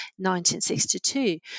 1962